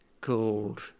called